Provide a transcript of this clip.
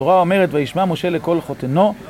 התורה אומרת וישמע משה לכל חותנו